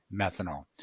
methanol